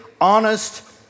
honest